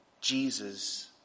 Jesus